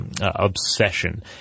obsession